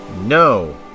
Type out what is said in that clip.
No